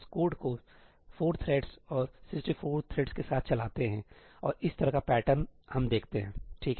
इसलिए हम इस कोड को 4 थ्रेड्स और 64 थ्रेड्स के साथ चलाते हैं और इस तरह का पैटर्न हम देखते हैं ठीक है